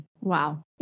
Wow